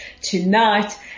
tonight